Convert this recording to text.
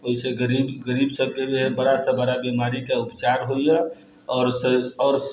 ओइसँ गरीब गरीब सभके भी बड़ासँ बड़ा बीमारीके उपचार होइए आओर उससे आओर